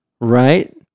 Right